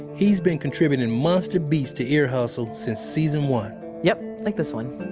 he's been contributing monster beats to ear hustle since season one yep, like this one.